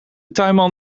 tuinman